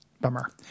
Bummer